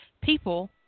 people